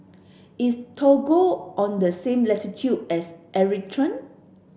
is Togo on the same latitude as Eritrea